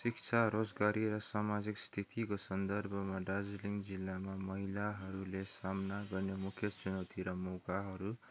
शिक्षा रोजगारी र सामाजिक स्थितिको सन्दर्भमा दार्जिलिङ जिल्लामा महिलाहरूले सामना गर्ने मुख्य चुनौती र मौकाहरू